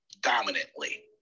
dominantly